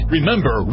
Remember